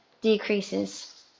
decreases